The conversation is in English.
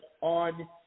on